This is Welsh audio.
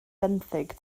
benthyg